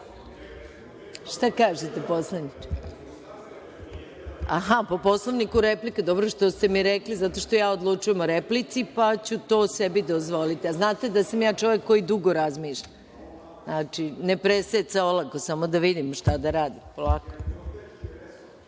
mesta: Po Poslovniku, replika.)Po Poslovniku replika. Dobro što ste mi rekli, zato što ja odlučujem o replici, pa ću to sebi dozvoliti. Znate, da sam ja čovek koji dugo razmišlja. Znači, ne preseca olako, samo da vidim šta da radim.